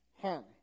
harm